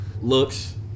looks